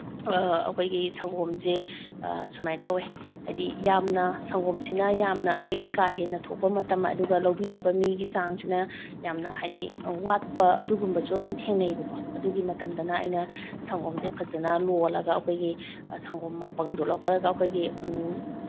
ꯑꯩꯈꯣꯏꯒꯤ ꯁꯪꯒꯣꯝꯁꯤ ꯁꯨꯃꯥꯏꯅ ꯇꯧꯋꯦ ꯍꯥꯏꯗꯤ ꯌꯥꯝꯅ ꯁꯪꯒꯣꯝꯁꯤꯅ ꯌꯥꯝꯅ ꯑꯩꯈꯣꯏꯒꯤ ꯀꯥ ꯍꯦꯟꯅ ꯊꯣꯛꯄ ꯃꯇꯝ ꯑꯗꯨꯒ ꯂꯧꯕꯤꯅꯕ ꯃꯤꯒꯤ ꯆꯥꯡꯁꯤꯅ ꯌꯥꯝꯅ ꯍꯥꯏꯗꯤ ꯋꯥꯠꯄ ꯑꯗꯨꯒꯨꯝꯕꯁꯨ ꯑꯗꯨꯝ ꯊꯦꯡꯅꯩꯕꯀꯣ ꯑꯗꯨꯒꯤ ꯃꯇꯝꯗꯅ ꯑꯩꯅ ꯁꯪꯒꯣꯝꯁꯦ ꯐꯖꯅ ꯂꯣꯜꯂꯒ ꯑꯩꯈꯣꯏꯒꯤ ꯁꯪꯒꯣꯝ ꯃꯄꯪꯗꯣ ꯂꯧꯈꯠꯂꯒ ꯑꯩꯈꯣꯏꯒꯤ